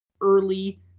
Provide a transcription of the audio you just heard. early